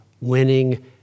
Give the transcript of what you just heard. winning